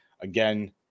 Again